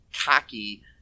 cocky